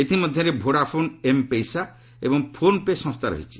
ଏଥିମଧ୍ୟରେ Vodafone M Pesa ଏବଂ PhonePe ସଂସ୍ଥା ରହିଛି